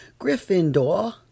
Gryffindor